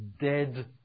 dead